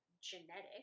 genetic